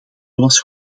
zoals